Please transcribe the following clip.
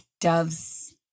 doves